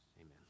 Amen